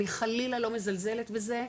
אני חלילה לא מזלזלת בזה,